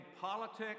politics